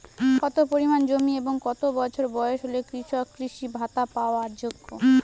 কত পরিমাণ জমি এবং কত বছর বয়স হলে কৃষক কৃষি ভাতা পাওয়ার যোগ্য?